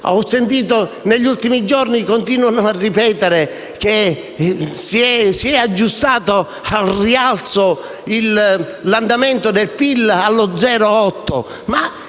imbonimento. Negli ultimi giorni si continua a ripetere che si è aggiustato al rialzo l'andamento del PIL allo 0,8